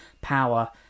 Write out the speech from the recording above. power